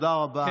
תודה רבה.